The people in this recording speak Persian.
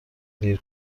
دیر